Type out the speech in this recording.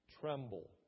tremble